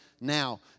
now